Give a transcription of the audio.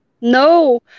No